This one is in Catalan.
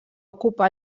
ocupar